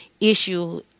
issue